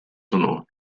hwnnw